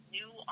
new